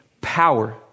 power